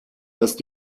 dass